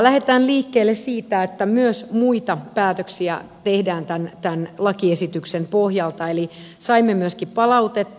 lähdetään liikkeelle siitä että myös muita päätöksiä tehdään tämän lakiesityksen pohjalta eli saimme myöskin palautetta